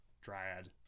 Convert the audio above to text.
dryad